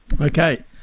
Okay